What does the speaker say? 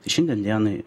šiandien dienai